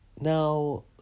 Now